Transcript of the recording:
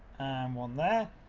one there.